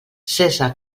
cessa